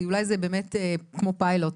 כי אולי זה באמת כמו פיילוט.